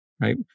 right